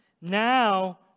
now